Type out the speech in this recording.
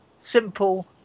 simple